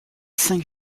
cinq